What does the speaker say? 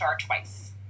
twice